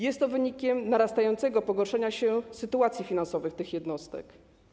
Jest to wynikiem narastającego pogorszenia się sytuacji finansowych tych jednostek.